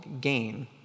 gain